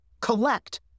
collect